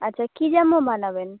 আচ্ছা কী জামা বানাবেন